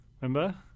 Remember